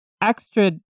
extra